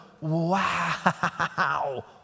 wow